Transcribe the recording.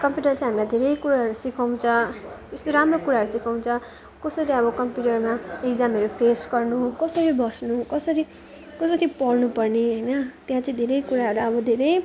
कम्प्युटरले चै हामीलाई धेरै कुराहरू सिकाउँछ यस्तो राम्रो कुराहरू सिकाउँछ कसरी अब कम्प्युटरमा इक्जामहरू फेस गर्नु कसरी बस्नु कसरी कसरी पढ्नुपर्ने होइन त्यहाँ चाहिँ धेरै कुराहरू अब धेरै